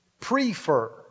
Prefer